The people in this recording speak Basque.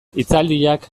hitzaldiak